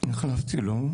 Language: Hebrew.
והחלפתי לו.